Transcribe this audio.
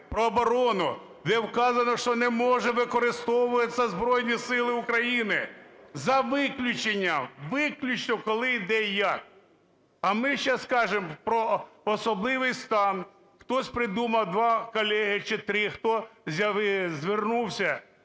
про оборону, де вказано, що не можуть використовуватися Збройні Сили України за виключенням, виключно коли і де, і як. А ми сейчас кажемо про особливий стан. Хтось придумав, два колеги чи три, хтось звернувся